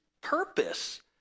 purpose